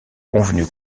convenu